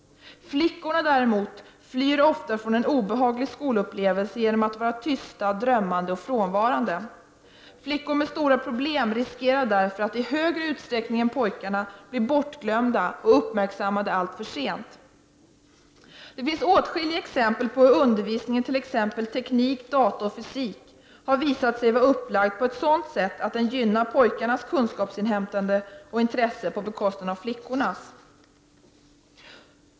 Flickorna däremot flyr ofta från en obehaglig skolupplevelse genom att vara tysta, drömmande och frånvarande. Flickor med stora problem riskerar därför att i större utsträckning än pojkarna bli bortglömda och uppmärksammade alltför sent. Det finns åtskilliga exempel på hur undervisningen i t.ex. teknik, data och fysik har visat sig vara upplagd på ett sådant sätt att den gynnar pojkarnas kunskapsinhämtande och intresse på bekostnad av flickornas.